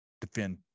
defend